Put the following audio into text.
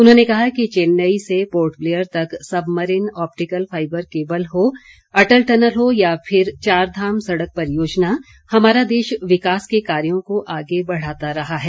उन्होंने कहा कि चैन्नई से पोर्टब्लेयर तक सबमरीन ऑपटिकल फाइबर केबल हो अटल टनल हो या फिर चार धाम सड़क परियोजना हमारा देश विकास के कार्यो को आगे बढ़ाता रहा है